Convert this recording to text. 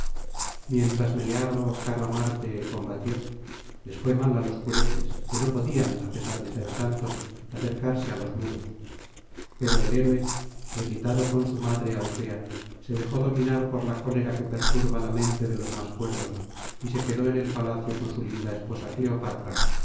mientras meleagro caro á marte combatió les fué mal álos curetes que no podían á pesar de ser tantos acercarse á los muros pero el héroe irritado con su madre altea se dejó dominar por la cólera que perturba la mente de los más cuerdos y se quedó en el palacio con su linda esposa cleopatra